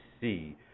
see